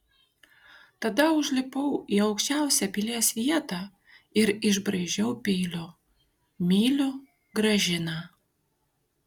tada užlipau į aukščiausią pilies vietą ir išbraižiau peiliu myliu gražiną